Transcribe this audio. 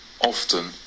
often